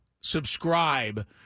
subscribe